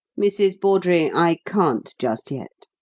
mrs. bawdrey, i can't just yet,